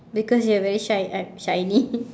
because you're very shi~ uh shiny